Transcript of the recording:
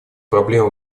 проблемы